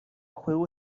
juego